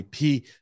ip